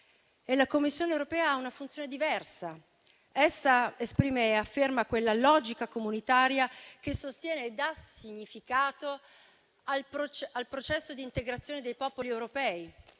La Commissione europea ha una funzione diversa: essa esprime e afferma quella logica comunitaria che sostiene e dà significato al processo di integrazione dei popoli europei.